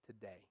today